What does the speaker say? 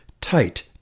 tight